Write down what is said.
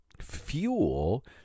fuel